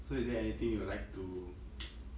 so is there anything you would like to